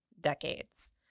decades